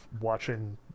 watching